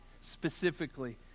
specifically